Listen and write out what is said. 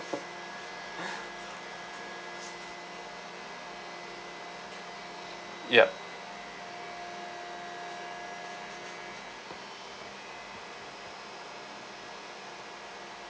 yup